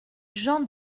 jean